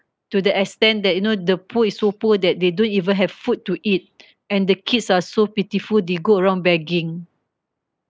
to the extent that you know the poor is so poor that they don't even have food to eat and the kids are so pitiful they go around begging